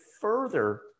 further